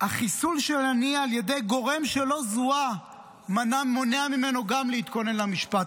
החיסול של הנייה על ידי גורם שלא זוהה מונע ממנו גם להתכונן למשפט.